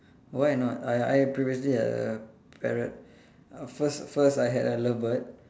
why not I I previously had a parrot uh first first I had a love bird